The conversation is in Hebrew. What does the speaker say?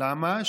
למה?